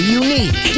unique